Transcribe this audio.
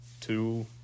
two